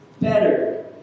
better